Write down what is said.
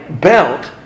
belt